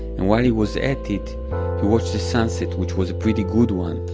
and while he was at it he watched the sunset, which was a pretty good one.